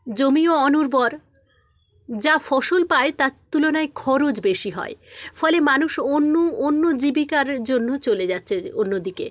জমিও অনুর্বর যা ফসল পায় তার তুলনায় খরচ বেশি হয় ফলে মানুষ অন্য অন্য জীবিকার জন্য চলে যাচ্ছে অন্য দিকে